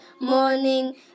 morning